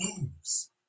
moves